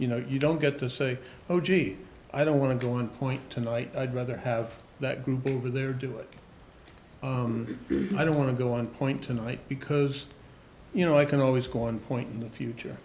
you know you don't get to say oh gee i don't want to go on point tonight i'd rather have that group over there do it i don't want to go on point tonight because you know i can always go on point in the future